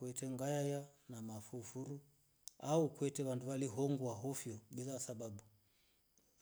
Wete ngayaya na mafufuru au kwete wandu walihongwa ofio bila sababu